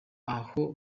aho